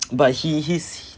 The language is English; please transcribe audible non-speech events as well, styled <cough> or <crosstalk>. <noise> he he's